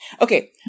okay